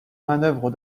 manœuvre